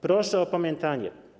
Proszę o opamiętanie.